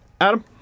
Adam